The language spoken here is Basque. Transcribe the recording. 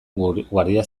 guardia